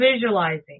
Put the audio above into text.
visualizing